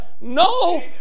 no